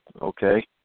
Okay